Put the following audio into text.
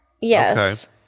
yes